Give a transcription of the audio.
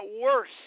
worse